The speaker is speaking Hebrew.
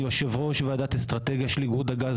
אני יושב ראש וועדת האסטרטגיה של איגוד הגז